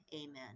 Amen